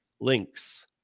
links